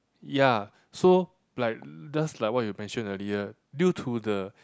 ya so like just like what you mentioned earlier due to the